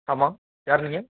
ஆமாம் யார் நீங்கள்